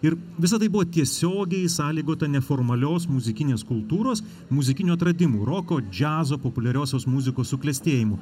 ir visa tai buvo tiesiogiai sąlygota neformalios muzikinės kultūros muzikinių atradimų roko džiazo populiariosios muzikos suklestėjimų